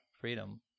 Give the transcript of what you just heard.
freedom